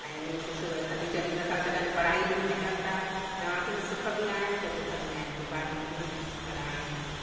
ऐं इअं कुझु हली चली न था सघनि पढ़ाई बि उन में कनि था चवां थी न सुख बि आहिनि त दुख बि आहिनि मोबाइलनि में पर हाणे